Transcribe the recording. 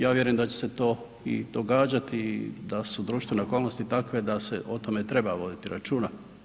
Ja vjerujem da će se to i događati da su društvene okolnosti takve da se o tome treba voditi računa.